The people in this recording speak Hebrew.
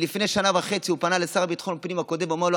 לפני שנה וחצי הוא פנה לשר הביטחון פנים הקודם ואמר לו,